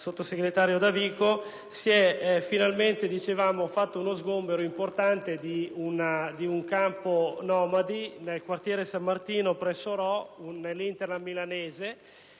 sottosegretario Davico, si è finalmente proceduto ad uno sgombero importante di un campo nomadi nel quartiere San Martino presso Rho, nell'*hinterland* milanese.